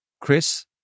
Chris